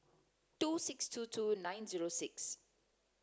two six two two nine zero six